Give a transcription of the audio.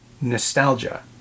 nostalgia